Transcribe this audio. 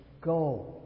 Go